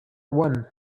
one